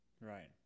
Right